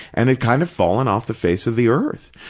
and had kind of fallen off the face of the earth.